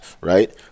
right